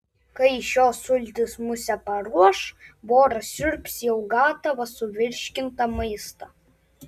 kai šios sultys musę paruoš voras siurbs jau gatavą suvirškintą maistą